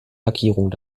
lackierung